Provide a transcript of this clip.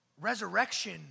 Resurrection